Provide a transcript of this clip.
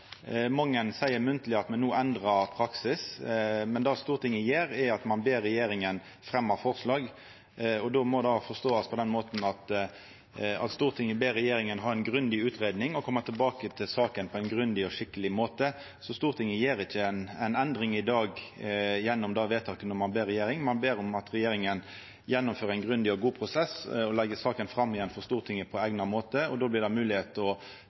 Mange seier munnleg at me no endrar praksis, men det Stortinget gjer, er at ein ber regjeringa fremja forslag. Då må det forståast på den måten at Stortinget ber regjeringa ha ei grundig utgreiing og koma tilbake til saka på ein grundig og skikkeleg måte. Stortinget gjer ikkje ei endring i dag gjennom det vedtaket. Ein ber om at regjeringa gjennomfører ein grundig og god prosess og legg saka fram igjen for Stortinget på eigna måte. Då blir det mogleg å